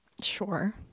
Sure